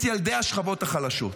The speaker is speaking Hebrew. את ילדי השכבות החלשות.